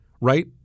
right